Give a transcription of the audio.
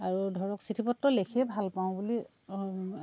আৰু ধৰক চিঠি পত্ৰ লিখি ভালপাওঁ বুলি